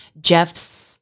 Jeff's